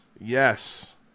yes